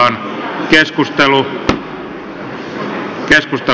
keskustelua ei syntynyt